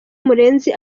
murenzi